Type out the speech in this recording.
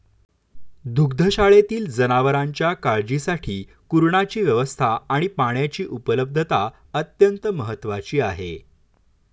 दुग्धशाळेतील जनावरांच्या काळजीसाठी कुरणाची व्यवस्था आणि पाण्याची उपलब्धता अत्यंत महत्त्वाची आहे